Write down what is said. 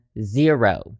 Zero